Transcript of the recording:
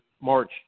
March